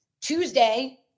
Tuesday